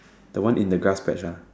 the one in the grass patch ah